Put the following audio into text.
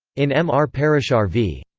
in m r. parashar v.